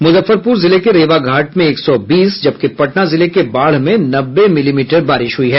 मुजफ्फरपुर जिले के रेवा घाट में एक सौ बीस जबकि पटना जिले के बाढ़ में नब्बे मिलीमीटर बारिश हुई है